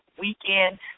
weekend